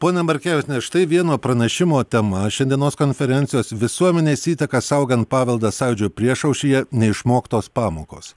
ponia markevičiene štai vieno pranešimo tema šiandienos konferencijos visuomenės įtaka saugant paveldą sąjūdžio priešaušryje neišmoktos pamokos